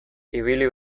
ibili